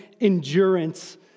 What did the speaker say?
endurance